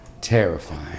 terrifying